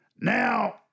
Now